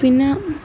പിന്നെ